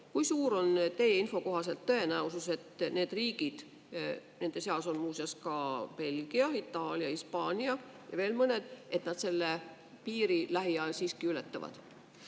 Kui suur on teie info kohaselt tõenäosus, et need riigid – nende seas on muuseas Belgia, Itaalia, Hispaania ja veel mõned –, selle piiri lähiajal siiski ületavad?